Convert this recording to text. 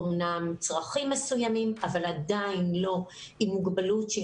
אמנם צרכים מסוימים אבל עדיין לא עם מוגבלות שהיא